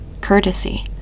Courtesy